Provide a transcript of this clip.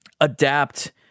adapt